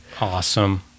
Awesome